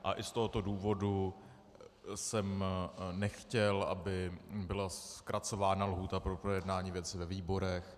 A i z tohoto důvodu jsem nechtěl, aby byla zkracována lhůta pro projednání věci ve výborech.